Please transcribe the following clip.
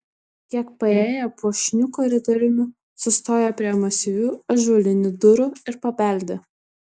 kiek paėję puošniu koridoriumi sustojo prie masyvių ąžuolinių durų ir pabeldė